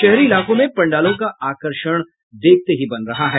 शहरी इलाकों में पंडालों का आकर्षण देखते ही बन रहा है